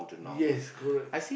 yes correct